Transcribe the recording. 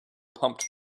pumped